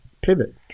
pivot